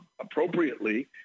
appropriately